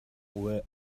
where